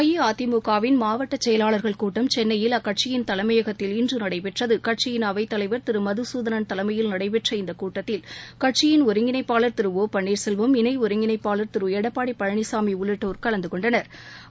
அஇஅதிமுக வின் மாவட்ட செயலாளர்கள் கூட்டம் சென்னையில் அக்கட்சியின் தலைமையகத்தில் இன்று நடைபெற்றது கட்சியின் அவைத்தலைவர் திரு மதுசூதனள் தலைமையில் நடைபெற்ற இந்த கூட்டத்தில் கட்சியின் ஒருங்கிணைப்பாளர் திரு ஒ பன்னீர்செல்வம் இணை ஒருங்கிணைப்பாளர் திரு எடப்பாடி பழனிசாமி உள்ளிட்டோர் கலந்து கொண்டனா்